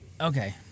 Okay